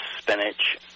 spinach